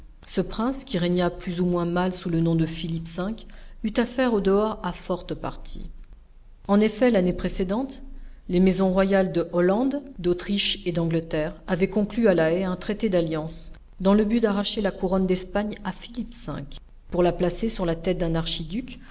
ce prince qui régna plus ou moins mal sous le nom de philippe v eut affaire au-dehors à forte partie en effet l'année précédente les maisons royales de hollande d'autriche et d'angleterre avaient conclu à la haye un traité d'alliance dans le but d'arracher la couronne d'espagne à philippe v pour la placer sur la tête d'un archiduc